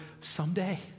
someday